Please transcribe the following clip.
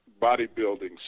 bodybuilding